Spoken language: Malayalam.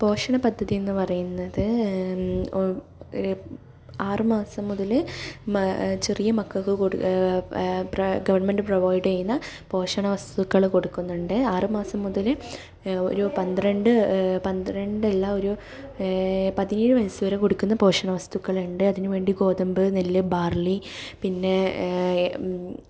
പോഷണപദ്ധതി എന്ന് പറയുന്നത് ആറുമാസം മുതൽ മ ചെറിയ മക്കൾക്ക് കൊടുക്കും പ്ര ഗവൺമെൻറ് പ്രൊവൈഡ് ചെയ്യുന്ന പോഷണവസ്തു കൊടുക്കുന്നുണ്ട് ആറുമാസം മുതൽ ഒരു പന്ത്രണ്ട് പന്ത്രണ്ട് ഇല്ല ഒരു പതിനേഴ് വയസ്സ് വരെ കൊടുക്കുന്നത് പോഷണവസ്തുക്കളുണ്ട് അതിന് വേണ്ടി ഗോതമ്പ് നെല്ല് ബാർലി പിന്നെ